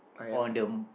on the